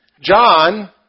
John